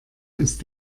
ist